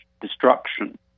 destruction